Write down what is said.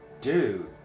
dude